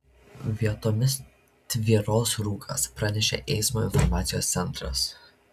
vietomis tvyros rūkas praneša eismo informacijos centras